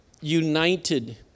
united